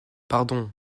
pardon